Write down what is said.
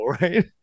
right